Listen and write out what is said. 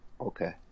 Okay